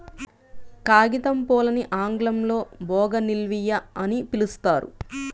కాగితంపూలని ఆంగ్లంలో బోగాన్విల్లియ అని పిలుస్తారు